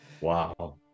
Wow